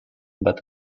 but